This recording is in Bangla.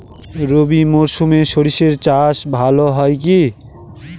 রবি মরশুমে সর্ষে চাস ভালো হয় কি?